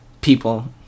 people